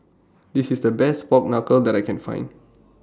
This IS The Best Pork Knuckle that I Can Find